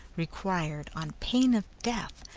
required, on pain of death,